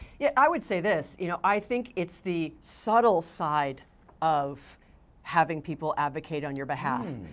yeah, i would say this. you know i think it's the subtle side of having people advocate on your behalf.